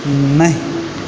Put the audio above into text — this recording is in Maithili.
नहि